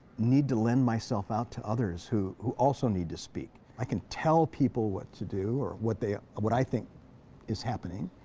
need to lend myself out to others who who also need to speak. i can tell people what to do or what they what i think is happening,